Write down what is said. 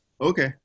Okay